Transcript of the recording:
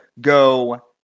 go